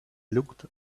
looked